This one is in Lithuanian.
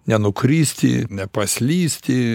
nenukristi nepaslysti